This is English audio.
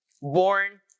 born